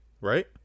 right